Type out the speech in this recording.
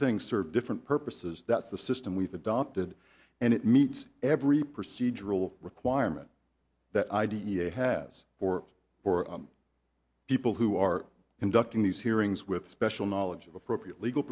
things serve different purposes that's the system we've adopted and it meets every procedural requirement that i d e a has or for people who are conducting these hearings with special knowledge of appropriate legal